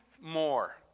more